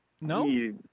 No